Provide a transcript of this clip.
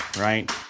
right